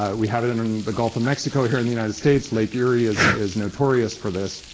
um we have it in in the gulf of mexico here in the united states. lake erie is is notorious for this.